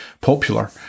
popular